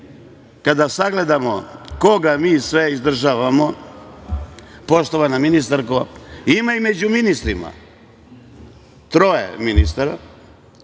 sagledamo koga mi sve izdržavamo, poštovana ministarko, ima i među ministrima, troje ministara,